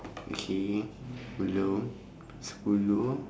okay hello screw you